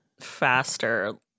faster